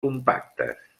compactes